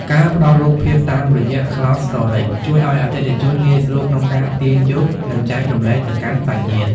ការផ្ដល់រូបភាពតាមរយៈ Cloud Storage ជួយឱ្យអតិថិជនងាយស្រួលក្នុងការទាញយក និងចែករំលែកទៅកាន់សាច់ញាតិ។